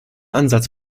ansatz